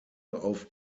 auf